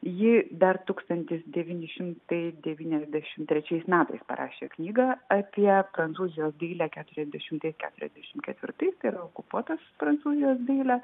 ji dar tūkstantis devyni šimtai devyniasdešimt trečiais metais parašė knygą apie prancūzijos dailę keturiasdešimtais keturiasdešimt ketvirtais tai yra okupuotos prancūzijos dailę